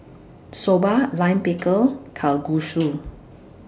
Soba Lime Pickle Kalguksu